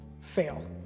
fail